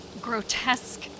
grotesque